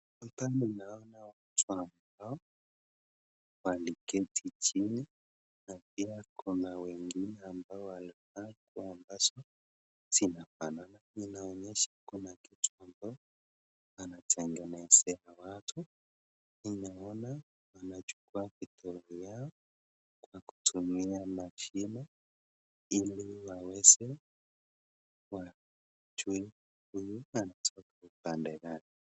Hapa ninaona watu wengine waliketi chini na pia kuna wengine ambao walivaa kuwa ambazo zinafanana. Ninaonyesha kuna kitu ambayo wanatengenezea watu. Ninaona wanachukua vitu yao kwa kutumia mashimo ili waweze kumjua huyu anatoka upande gani.